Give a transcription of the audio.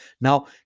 Now